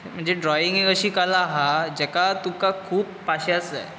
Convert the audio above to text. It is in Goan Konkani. म्हणजे ड्रॉईंग एक अशी कला आसा जाका तुका खूब पाशयेंस जाय